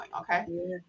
Okay